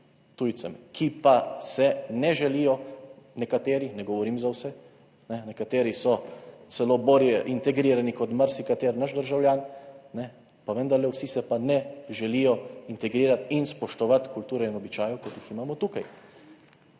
(nadaljevanje) ne želijo, nekateri, ne govorim za vse ne, nekateri so celo bolje integrirani kot marsikateri naš državljan, pa vendar, vsi se pa ne želijo integrirati in spoštovati kulture in običajev, kot jih imamo tukaj.